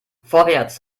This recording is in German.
vorwärts